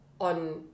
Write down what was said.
on